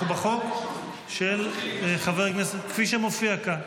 אנחנו בחוק כפי שמופיע כאן.